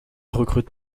recrute